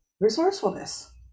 resourcefulness